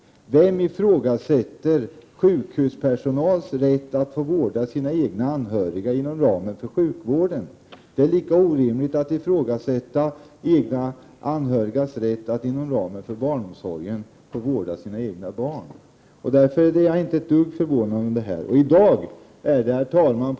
Vem ifrågasätter sjukvårdspersonalens rätt att få vårda sina egna anhöriga inom ramen för sjukvården? Det är lika orimligt att ifrågasätta anhörigas rätt att få vårda sina egna barn inom ramen för barnomsorgen. Jag är därför inte ett dugg förvånad. Herr talman!